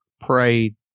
prayed